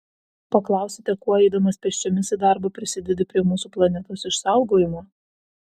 paklausite kuo eidamas pėsčiomis į darbą prisidedi prie mūsų planetos išsaugojimo